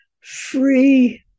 free